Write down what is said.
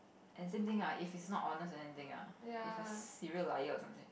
and same thing ah if he's not honest and anything ah if serial liar or anything